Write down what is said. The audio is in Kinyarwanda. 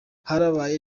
harabaye